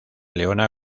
leona